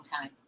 time